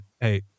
hey